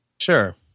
Sure